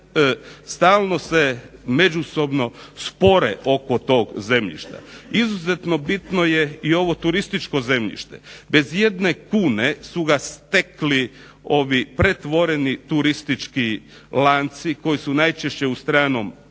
stalno se međusobno spore oko tog zemljišta. Izuzetno bitno je ovo turističko zemljište, bez ijedne kune su ga stekli ovi pretvoreni turistički lanci koji su najčešće u stranom